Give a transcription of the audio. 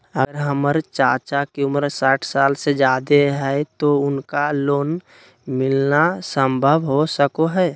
अगर हमर चाचा के उम्र साठ साल से जादे हइ तो उनका लोन मिलना संभव हो सको हइ?